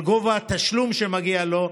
על גובה התשלום שמגיע לו,